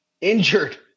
injured